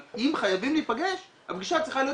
אבל אם חייבים להיפגש הפגישה צריכה להיות